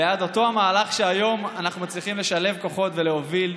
בעד אותו מהלך שהיום אנחנו מצליחים לשלב בו כוחות ולהוביל.